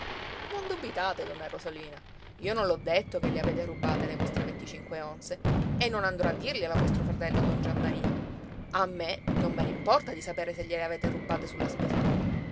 non dubitate donna rosolina io non l'ho detto che le avete rubate le vostre venticinque onze e non andrò a dirglielo a vostro fratello don giammaria a me non me ne importa di sapere se gliele avete rubate sulla spesa o no